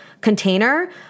container